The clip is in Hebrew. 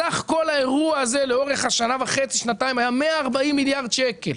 סך כל האירוע הזה לאורך השנה וחצי-שנתיים היה 140 מיליארד שקל.